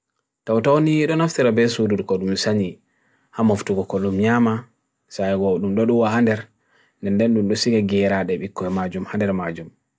Tawtawni, dha naf tera besu dudu kodum yusani, ham oftuko kodum nyama, sayo gawdun dudu wahander, nende nundu siga geira debik kwe majum, hanera majum.